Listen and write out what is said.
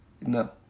no